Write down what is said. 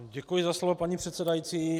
Děkuji za slovo, paní předsedající.